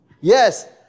Yes